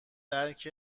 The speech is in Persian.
درک